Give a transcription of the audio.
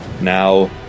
Now